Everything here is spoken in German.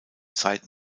zeit